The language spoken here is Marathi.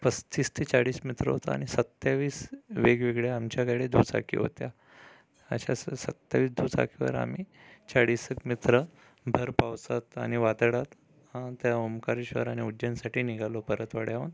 पस्तीस ते चाळीस मित्र होतो आणि सत्तावीस वेगवेगळ्या आमच्याकडे दुचाकी होत्या अशा स सत्तावीस दुचाकीवर आम्ही चाळीस एक मित्र भर पावसात आणि वादळात त्या ओंकारेश्वर आणि उज्जैनसाठी निघालो परतवाड्याहून